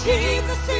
Jesus